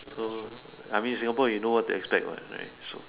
so I mean Singapore you know what to expect what right so